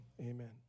Amen